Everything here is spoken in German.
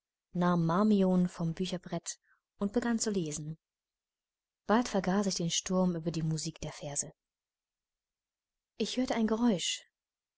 nahm marmion vom bücherbrett und begann zu lesen bald vergaß ich den sturm über die musik der verse ich hörte ein geräusch